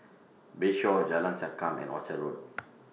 Bayshore Jalan Sankam and Orchard Road